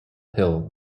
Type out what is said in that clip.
hill